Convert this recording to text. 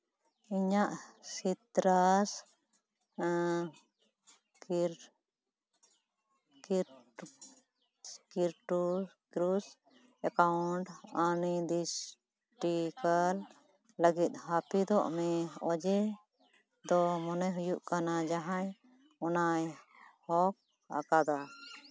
ᱤᱧᱟᱹᱜ ᱥᱤᱛᱨᱟᱥ ᱮᱠᱟᱣᱩᱱᱴ ᱚᱱᱤᱨᱫᱤᱥᱴᱚᱠᱟᱞ ᱞᱟᱹᱜᱤᱫ ᱦᱟᱹᱯᱤᱫᱚᱜ ᱢᱮ ᱚᱡᱮ ᱫᱚ ᱢᱚᱱᱮ ᱦᱩᱭᱩᱜ ᱠᱟᱱᱟ ᱡᱟᱦᱟᱸᱭ ᱚᱱᱟᱭ ᱦᱮᱠ ᱟᱠᱟᱫᱟ